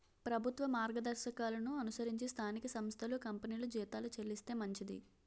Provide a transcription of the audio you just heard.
ప్రభుత్వ మార్గదర్శకాలను అనుసరించి స్థానిక సంస్థలు కంపెనీలు జీతాలు చెల్లిస్తే మంచిది